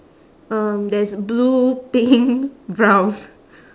um there's blue pink brown